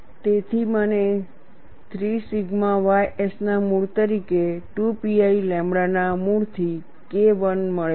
તેથી મને 3 sigma ys ના મૂળ તરીકે 2 pi લેમ્બડા ના મૂળથી KI મળે છે